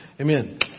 Amen